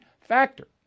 factor